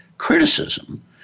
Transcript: criticism